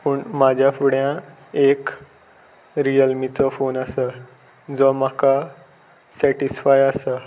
पूण म्हाज्या फुड्या एक रियलमीचो फोन आसा जो म्हाका सेटिसफाय आसा